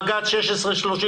בג"ץ 1633,